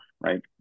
right